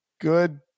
good